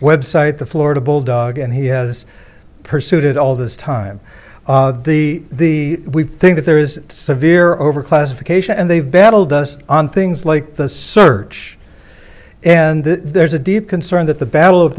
website the florida bulldog and he has pursued it all this time the thing that there is severe overclassification and they've battled does on things like the search and there's a deep concern that the battle of